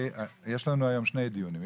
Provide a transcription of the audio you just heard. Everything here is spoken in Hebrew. יש לנו היום שני דיונים,